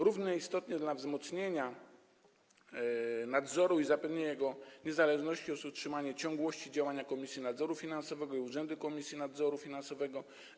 Równie istotne dla wzmocnienia nadzoru i zapewnienia jego niezależności jest utrzymanie ciągłości działania Komisji Nadzoru Finansowego i Urzędu Komisji Nadzoru Finansowego.